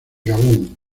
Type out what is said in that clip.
gabón